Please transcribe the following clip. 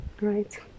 right